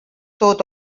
tot